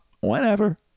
Whenever